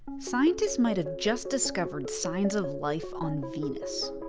scientists might've just discovered signs of life on venus.